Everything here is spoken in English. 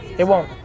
it won't,